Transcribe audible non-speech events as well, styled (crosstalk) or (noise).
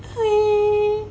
(noise)